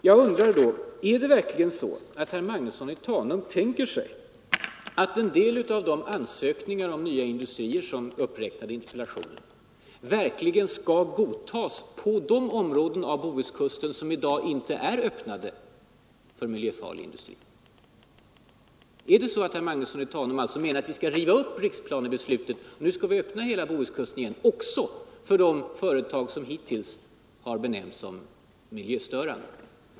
Jag undrar då trots allt: tänker sig herr Magnusson i Tanum att en del av de ansökningar om nya industrier som är uppräknade i interpellationen verkligen skall godtas på de områden av Bohuskusten som i dag inte är öppnade för miljöfarlig industri? Menar herr Magnusson i Tanum att vi skall riva upp riksplanebeslutet och öppna hela Bohuskusten igen, även för de företag som hittills har benämnts som miljöstörande?